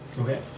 okay